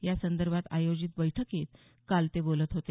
या संदर्भात आयोजित बैठकीत काल ते बोलत होते